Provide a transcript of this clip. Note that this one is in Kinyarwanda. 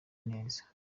neza